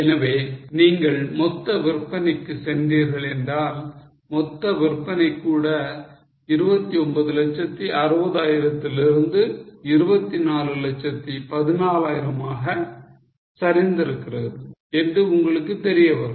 எனவே நீங்கள் மொத்த விற்பனைக்கு சென்றீர்கள் என்றால் மொத்தவிற்பனை கூட 2960000 லிருந்து 2414000 ஆக சரிந்திருக்கிறது என்று உங்களுக்கு தெரியவரும்